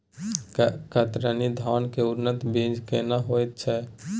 कतरनी धान के उन्नत बीज केना होयत छै?